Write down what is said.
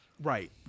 Right